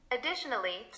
Additionally